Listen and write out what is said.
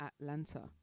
Atlanta